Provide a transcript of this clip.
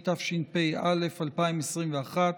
התשפ"א 2021,